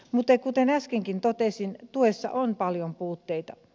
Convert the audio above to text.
mutta kuten äskenkin totesin tuessa on paljon puutteita